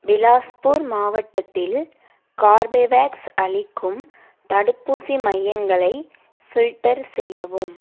பிலாஸ்பூர் மாவட்டத்தில் கார்பவேக்ஸ் அளிக்கும் தடுப்பூசி மையங்களை ஃபில்டர் செய்யவும்